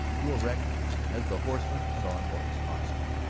grew erect as the horseman saw norton's posse.